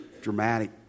dramatic